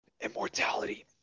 immortality